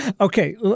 Okay